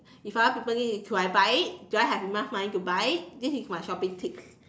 if other people need it should I buy it do I have enough money to buy it this is my shopping tips